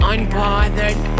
Unbothered